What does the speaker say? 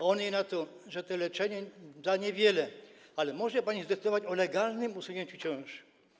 A on jej na to, że leczenie da niewiele, ale może pani zdecydować o legalnym usunięciu ciąży.